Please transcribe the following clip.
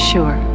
Sure